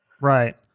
Right